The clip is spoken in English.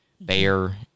bear